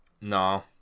No